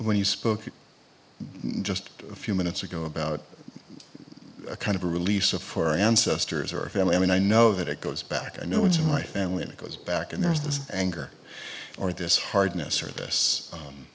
when you spoke just a few minutes ago about a kind of a release of four ancestors or a family i mean i know that it goes back i know it's in my family it goes back and there's this anger or this hardness or this